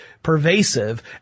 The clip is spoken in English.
Pervasive